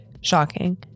shocking